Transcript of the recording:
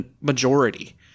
majority